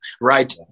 right